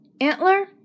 Antler